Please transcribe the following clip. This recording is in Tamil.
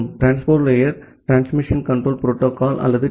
transport layer transmission control protocol அல்லது டி